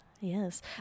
yes